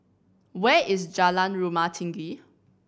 where is Jalan Rumah Tinggi